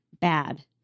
bad